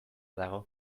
dago